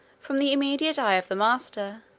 from the immediate eye of the master,